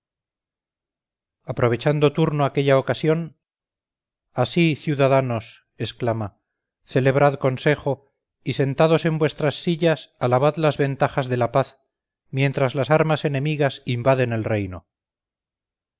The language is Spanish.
aprovechando turno aquella ocasión así ciudadanos exclama celebrad consejo y sentados en vuestras sillas alabad las ventajas de la paz mientras las armas enemigas invaden el reino